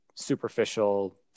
superficial